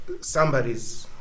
somebody's